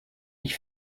ich